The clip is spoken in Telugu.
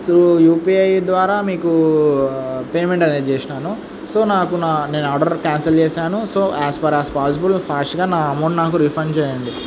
త్రూ యూపీఐ ద్వారా మీకు పేమెంట్ అనేది చేశాను సో నాకు నా నేను ఆర్డర్ క్యాన్సెల్ చేశాను so as far as possible ఫాస్ట్గా నా అమౌంట్ నాకు రిఫండ్ చెయ్యండి